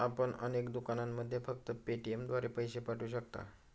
आपण अनेक दुकानांमध्ये फक्त पेटीएमद्वारे पैसे पाठवू शकता